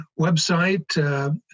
website